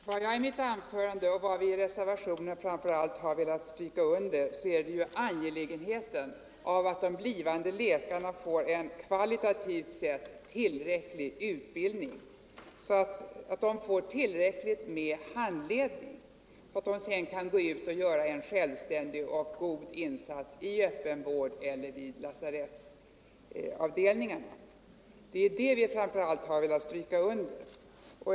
Herr talman! Vad jag i mitt anförande framför allt velat stryka under —- liksom vi gjort i reservationen — är att de blivande läkarna måste få en kvalitativt tillfredsställande utbildning. De måste få tillräckligt med handledning, så att de kan gå ut och göra en självständig och god insats i öppen vård eller vid lasarettsavdelningar.